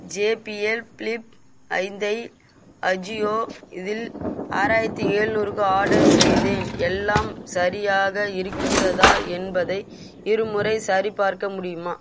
JBL Flip ஐந்தை அஜியோ இதில் ஆறாயிரத்தி ஏழ்நூறுக்கு ஆடர் செய்தேன் எல்லாம் சரியாக இருக்கிறதா என்பதை இருமுறை சரிபார்க்க முடியுமா